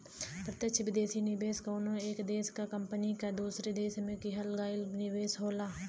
प्रत्यक्ष विदेशी निवेश कउनो एक देश क कंपनी क दूसरे देश में किहल गयल निवेश होला